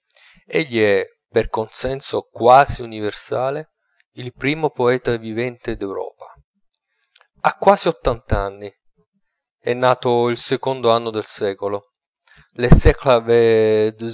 egli è per consenso quasi universale il primo poeta vivente d'europa ha quasi ottant'anni è nato il secondo anno del secolo le